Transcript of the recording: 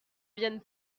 viennent